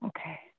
Okay